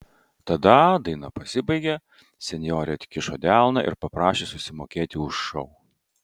tada daina pasibaigė senjorė atkišo delną ir paprašė susimokėti už šou